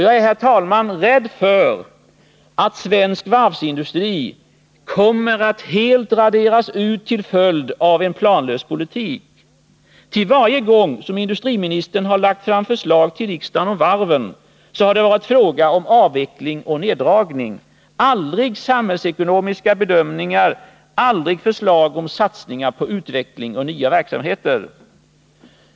Jag är, herr talman, rädd för att svensk varvsindustri kommer att helt raderas ut till följd av en planlös politik. Ty varje gång som industriministern har lagt fram förslag till riksdagen om varven så har det varit fråga om avveckling och neddragning. Aldrig samhällsekonomiska bedömningar, aldrig förslag om satsningar på utvecklingar och nya verksamheter!